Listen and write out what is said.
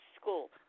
school